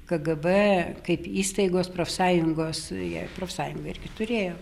kgb kaip įstaigos profsąjungos jie profsąjungą irgi turėjo